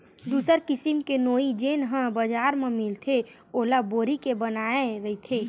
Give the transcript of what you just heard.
दूसर किसिम के नोई जेन ह बजार म मिलथे ओला बोरी के बनाये रहिथे